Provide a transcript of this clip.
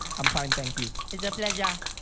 am fine thank you. it's a pleasure.